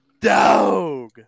dog